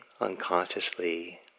unconsciously